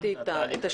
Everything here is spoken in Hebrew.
רשמתי את השאלות.